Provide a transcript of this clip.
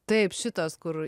taip šitas kur